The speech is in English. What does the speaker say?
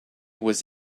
was